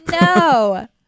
no